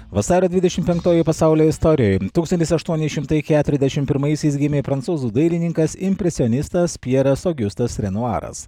vasario dvidešimt penktoji pasaulio istorijoj tūkstantis aštuoni šimtai keturiasdešimt pirmaisiais gimė prancūzų dailininkas impresionistas pjeras augustas renuaras